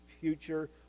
future